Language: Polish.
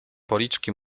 policzki